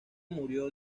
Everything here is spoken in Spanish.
murió